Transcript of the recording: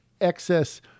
excess